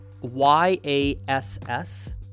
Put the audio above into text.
Y-A-S-S